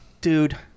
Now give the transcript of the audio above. dude